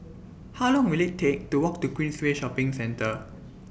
How Long Will IT Take to Walk to Queensway Shopping Centre